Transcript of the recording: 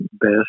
best